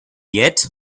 yet